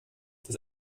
das